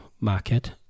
market